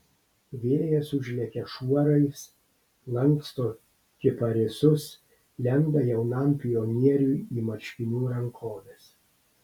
vėjas užlekia šuorais lanksto kiparisus lenda jaunam pionieriui į marškinių rankoves